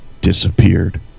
disappeared